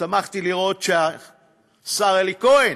שמחתי לראות שהשר אלי כהן